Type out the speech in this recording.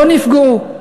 לא נפגעו,